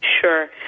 Sure